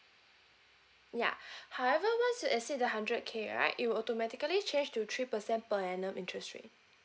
ya however once you exceed the hundred k right it will automatically change to three percent per annum interest rate